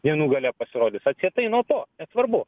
dienų gale pasirodys atsietai nuo to svarbu